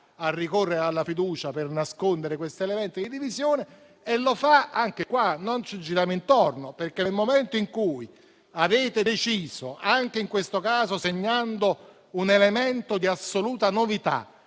a ricorrere alla fiducia per nascondere questo elemento di divisione e lo fa anche in questo caso, non ci giriamo intorno. Infatti, nel momento in cui avete deciso, anche in questo caso segnando un elemento di assoluta novità,